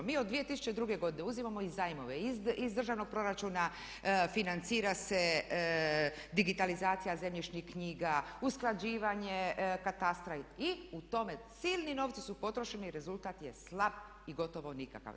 Mi od 2002.godine uzimamo i zajmove i iz državnog proračuna financira se digitalizacija zemljišnih knjiga, usklađivanje katastra i u tome silni novci su potrošeni i rezultat je slab i gotovo nikakav.